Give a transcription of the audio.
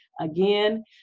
again